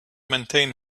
maintain